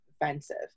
offensive